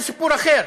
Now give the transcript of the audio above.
זה סיפור אחר,